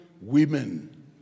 women